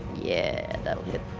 yeah, that'll hit.